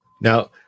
Now